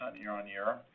year-on-year